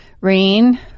Rain